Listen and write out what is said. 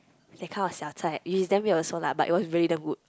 that kind of xiao-chai which is damn weird also lah but it was really damn good